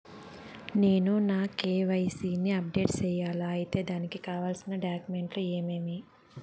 నేను నా కె.వై.సి ని అప్డేట్ సేయాలా? అయితే దానికి కావాల్సిన డాక్యుమెంట్లు ఏమేమీ?